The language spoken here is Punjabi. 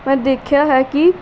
ਮੈਂ ਦੇਖਿਆ ਹੈ ਕਿ